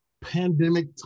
pandemic